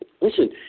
Listen